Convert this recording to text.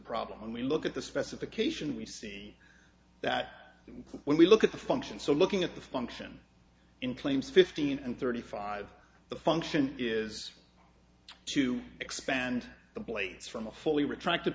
problem when we look at the specification we see that when we look at the function so looking at the function in claims fifteen and thirty five the function is to expand the blades from a fully retract